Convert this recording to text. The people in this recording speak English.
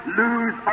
lose